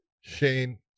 shane